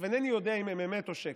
אינני יודע אם הם אמת או שקר,